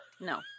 no